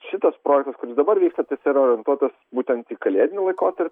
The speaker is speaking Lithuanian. šitas projektas kuris dabar vyksta tai jis yra orientuotas būtent į kalėdinį laikotarpį